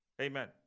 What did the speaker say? Amen